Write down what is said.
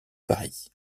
paris